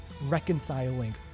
reconciling